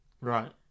Right